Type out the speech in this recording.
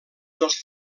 dels